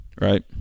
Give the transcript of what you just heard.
Right